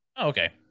Okay